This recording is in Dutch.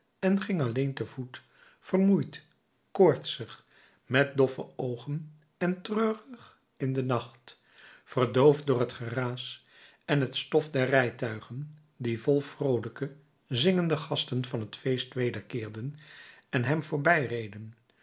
en ging alleen te voet vermoeid koortsig met doffe oogen en treurig in den nacht verdoofd door het geraas en het stof der rijtuigen die vol vroolijke zingende gasten van het feest wederkeerden en hem